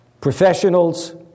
Professionals